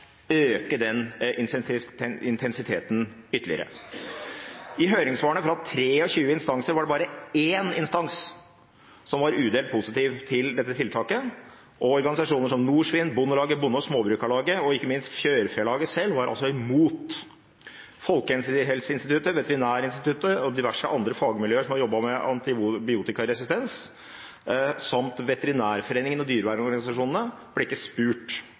øke den intensiteten ytterligere. I høringssvarene fra 23 instanser var det bare én instans som var udelt positiv til dette tiltaket, og organisasjoner som Norsvin, Bondelaget, Bonde- og småbrukarlaget og ikke minst Fjørfelaget selv var imot. Folkehelseinstituttet, Veterinærinstituttet og diverse andre fagmiljøer som har jobbet med antibiotikaresistens, samt Veterinærforeningen og dyrevernsorganisasjonene, ble ikke spurt.